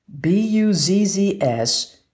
B-U-Z-Z-S